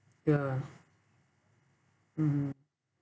ya mm